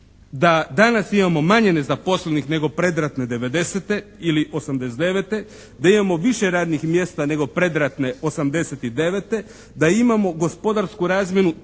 da danas imamo manje nezaposlenih nego predratne '90. ili '89., da imamo više radnih mjesta nego predratne '89., da imamo gospodarsku razmjenu